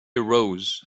arose